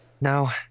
No